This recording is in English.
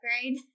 grade